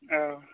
औ